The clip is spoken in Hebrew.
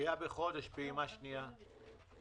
דחייה בחודש פעימה שנייה?